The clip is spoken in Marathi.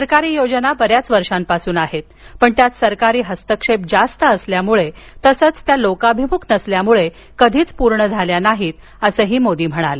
सरकारी योजना बरेच वर्षांपासून आहेत पण त्यात सरकारी हस्तक्षेप जास्त असल्यामुळे तसंच त्या लोकाभिमुख नसल्यामुळे कधीच पूर्ण झाल्या नाहीत असं मोदी म्हणाले